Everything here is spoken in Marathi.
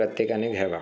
प्रत्येकाने घ्यावा